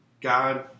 God